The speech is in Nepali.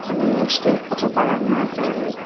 अनि यस्तै पशुपालनमा गाई